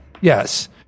Yes